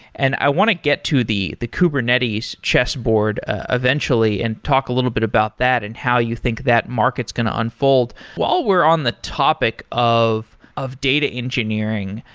and i want to get to the the kubernetes chessboard ah eventually and talk a little bit about that and how you think that market is going to unfold. while we're on the topic of of data engineering,